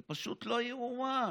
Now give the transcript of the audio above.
פשוט לא יאומן.